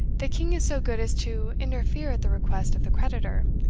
the king is so good as to interfere at the request of the creditor,